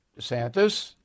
DeSantis